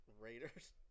Raiders